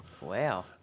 Wow